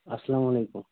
اسلام وعلیکُم